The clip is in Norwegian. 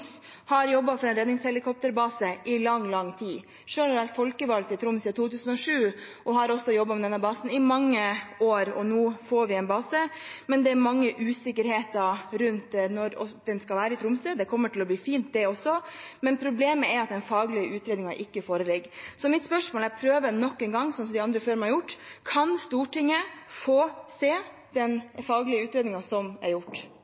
har jobbet for redningshelikopterbase i lang, lang tid. Selv har jeg vært folkevalgt i Troms siden 2007 og har også jobbet med denne basen i mange år. Nå får vi en base, men det er mange usikkerheter rundt at den skal være i Tromsø. Det kommer til å bli fint, det også, men problemet er at den faglige utredningen ikke foreligger. Så mitt spørsmål er – jeg prøver nok en gang, slik de andre før meg har gjort: Kan Stortinget få se den faglige utredningen som er gjort?